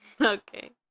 Okay